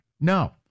No